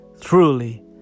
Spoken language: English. Truly